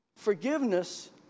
Forgiveness